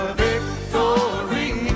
victory